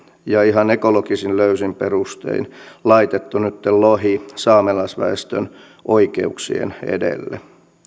ja ihan ekologisesti löysin perustein laitettu nytten lohi saamelaisväestön oikeuksien edelle